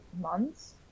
months